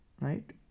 right